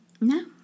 No